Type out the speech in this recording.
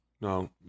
No